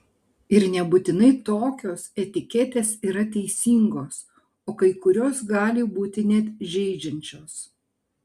ir nebūtinai tokios etiketės yra teisingos o kai kurios gali būti net žeidžiančios